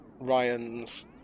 Ryan's